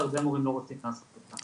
והרבה מורים לא רוצים לעשות אותה.